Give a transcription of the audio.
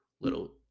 little